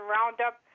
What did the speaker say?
Roundup